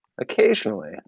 occasionally